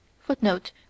FOOTNOTE